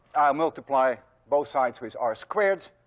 multiply both sides with r squared.